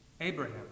Abraham